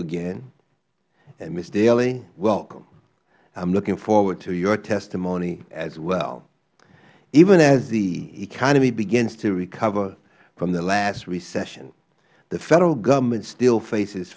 again ms daly welcome i am looking forward to your testimony as well even as the economy begins to recover from the last recession the federal government still faces